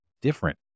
different